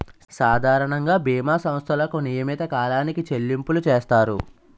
సాధారణంగా బీమా సంస్థలకు నియమిత కాలానికి చెల్లింపులు చేస్తారు